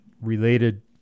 related